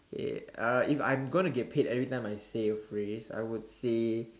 okay uh if I'm going to get paid every time I say a phrase I would say